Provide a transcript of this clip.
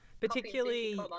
Particularly